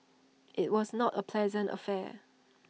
IT was not A pleasant affair